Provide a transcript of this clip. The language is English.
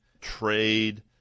trade